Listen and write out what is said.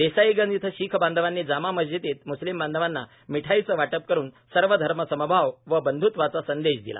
देसाईगंज येथे शीख बांधवांनी जामा मशिदीत म्स्लिम बांधवांना मिठाईचे वाटप करुन सर्वधर्मसमभाव व बंध्त्वाचा संदेश दिला